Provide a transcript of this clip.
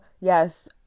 yes